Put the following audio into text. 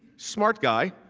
smart guy,